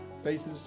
Faces